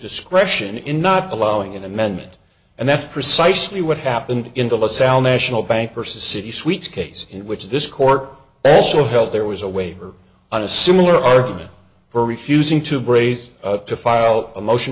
discretion in not allowing an amendment and that's precisely what happened in the lasalle national bank or city suites case in which this court also held there was a waiver on a similar argument for refusing to braise to file a motion